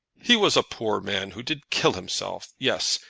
he was a poor man who did kill himself. yes.